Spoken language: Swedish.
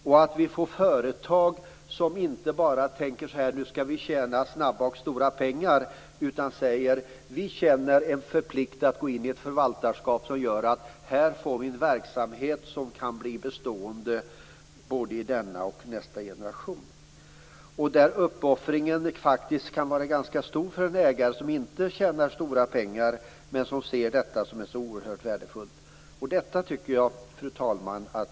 Vi skall ha företag som inte bara tänker att de skall tjäna snabba och stora pengar utan känner en förpliktelse att gå in i ett förvaltarskap och skapa en verksamhet som kan bli bestående i denna och nästa generation. Uppoffringen kan bli ganska stor för den ägare som inte tjänar stora pengar men som tycker att detta är oerhört värdefullt.